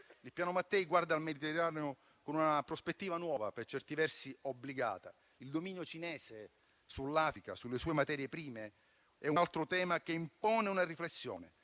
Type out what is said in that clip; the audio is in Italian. Il piano Mattei guarda al Mediterraneo con una prospettiva nuova, per certi versi obbligata. Il dominio cinese sull'Africa e sulle sue materie prime è un altro tema che impone una riflessione